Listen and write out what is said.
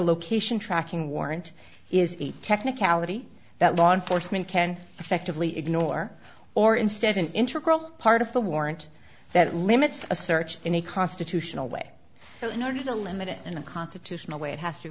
location tracking warrant is a technicality that law enforcement can effectively ignore or instead an integral part of the warrant that limits a search in a constitutional way so in order to limit it in a constitutional way it has to